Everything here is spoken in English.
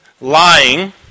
lying